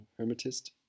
hermetist